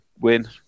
win